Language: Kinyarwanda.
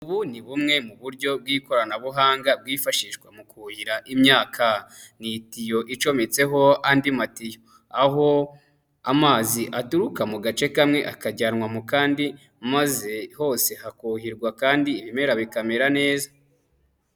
Ubu ni bumwe mu buryo bw'ikoranabuhanga bwifashishwa mu kuhira imyaka, ni itiyo icometseho andi matiyo, aho amazi aturuka mu gace kamwe akajyanwa mu kandi, maze hose hakuhirwa kandi ibimera bikamera neza.